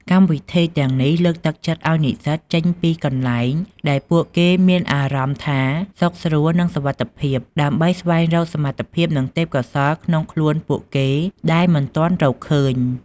កម្មវិធីទាំងនេះលើកទឹកចិត្តឲ្យនិស្សិតចេញពីកន្លែងដែលពួកគេមានអារម្មណ៍ថាសុខស្រួល និងសុវត្ថិភាព ដើម្បីស្វែងរកសមត្ថភាព និងទេព្យកោសល្យក្នុងខ្លួនពួកគេ ដែលមិនទាន់រកឃើញ។